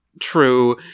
true